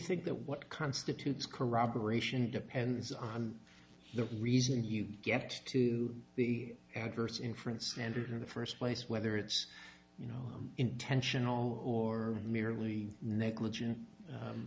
think that what constitutes corroboration depends on the reason you get to the adverse inference standard in the first place whether it's you know intentional or merely negligent